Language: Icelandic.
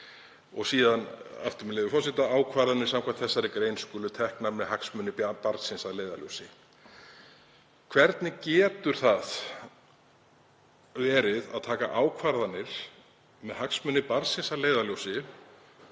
og vægari hætti. […] Ákvarðanir samkvæmt þessari grein skulu teknar með hagsmuni barnsins að leiðarljósi.“ Hvernig getur það verið að taka ákvarðanir með hagsmuni barnsins að leiðarljósi